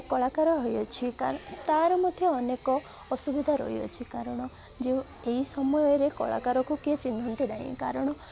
କଳାକାର ହୋଇଅଛି କାହିଁକି ତାର ମଧ୍ୟ ଅନେକ ଅସୁବିଧା ରହିଅଛି କାରଣ ଯେଉଁ ଏହି ସମୟରେ କଳାକାରକୁ କିଏ ଚିହ୍ନନ୍ତି ନାହିଁ କାରଣ